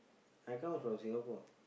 I come from Singapore